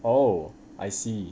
oh I see